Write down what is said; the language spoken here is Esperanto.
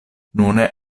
nune